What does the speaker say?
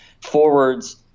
forwards